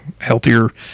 healthier